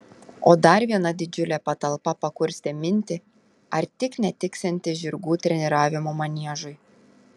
o dar viena didžiulė patalpa pakurstė mintį ar tik netiksianti žirgų treniravimo maniežui